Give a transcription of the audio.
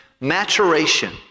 maturation